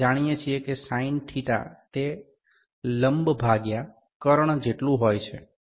આપણે જાણીએ છીએ કે સાઇન θ તે પરપેન્ડિક્યુલરલંબ ભાગ્યા હાઈપોટેનિયસકર્ણ જેટલું હોય છે